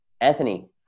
Anthony